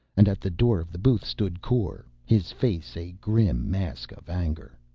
and at the door of the booth stood kor, his face a grim mask of anger.